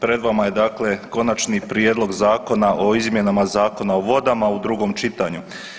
Pred vama je dakle Konačni prijedlog Zakona o izmjenama Zakona o vodama u drugom čitanju.